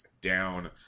down